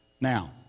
Now